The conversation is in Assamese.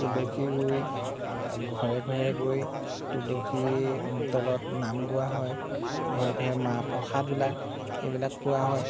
তুলসী ৰুই ঘৰে ঘৰে গৈ তুলসী তলত নাম গোৱা হয় ঘৰে ঘৰে মাহ প্ৰসাদ ওলায় সেইবিলাক খোৱা হয়